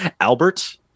Albert